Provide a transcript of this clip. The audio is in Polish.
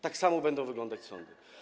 Tak samo będą wyglądać sądy.